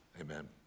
amen